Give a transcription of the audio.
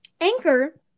Anchor